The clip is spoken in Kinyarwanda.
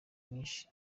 nyinshi